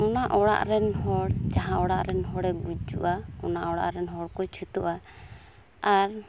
ᱚᱱᱟ ᱚᱲᱟᱜ ᱨᱮᱱ ᱦᱚᱲ ᱡᱟᱦᱟᱸ ᱚᱲᱟᱜ ᱨᱮᱱ ᱦᱚᱲᱮ ᱜᱩᱡᱩᱜᱼᱟ ᱚᱱᱟ ᱚᱲᱟᱜ ᱨᱮᱱ ᱦᱚᱲ ᱠᱚ ᱪᱷᱩᱛᱩᱜᱼᱟ ᱟᱨ